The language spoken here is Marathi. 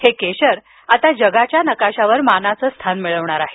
हे केशर आता जगाच्या नकाशावर मानाचं स्थान मिळवणार आहे